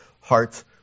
hearts